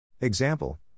Example